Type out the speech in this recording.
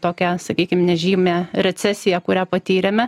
tokią sakykime nežymią recesiją kurią patyrėme